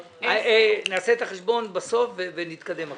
נעשה את החשבון בסוף ונתקדם עכשיו.